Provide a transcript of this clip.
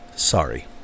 Sorry